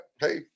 hey